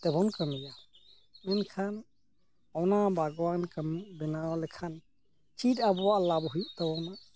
ᱛᱮᱵᱚᱱ ᱠᱟᱹᱢᱤᱭᱟ ᱢᱮᱱᱠᱷᱟᱱ ᱚᱱᱟ ᱵᱟᱜᱣᱟᱱ ᱠᱟᱹᱢᱤ ᱵᱮᱱᱟᱣ ᱞᱮᱠᱷᱟᱱ ᱪᱮᱫ ᱟᱵᱚᱣᱟᱜ ᱞᱟᱵᱷ ᱦᱩᱭᱩᱜ ᱛᱟᱵᱚᱱᱟ